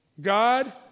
God